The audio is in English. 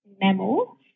mammal